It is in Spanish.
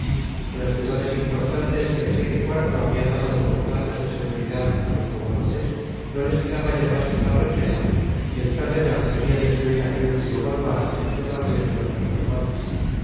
de las ciudades importantes que enrique iv habia dado como plazas de seguridad á los hugonotes no les quedaba ya mas que la rochela y el cardenat queria destruir aquel último baluarte de la religion reformada